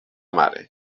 mare